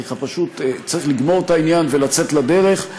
כי צריך לגמור את העניין ולצאת לדרך,